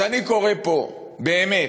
אז אני קורא פה, באמת,